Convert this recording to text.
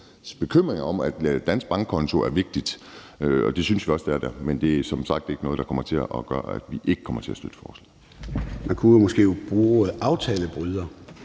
bekymring om, at en dansk bankkonto er vigtig. Det synes vi også at det er. Men det er som sagt ikke noget, der kommer til at gøre, at vi ikke kommer til at støtte forslaget.